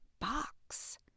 box